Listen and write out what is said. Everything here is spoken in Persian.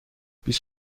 بیست